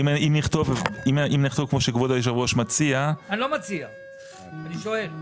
נכתוב כמו שכבוד היושב ראש מציע -- אני לא מציע אני שואל.